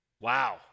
Wow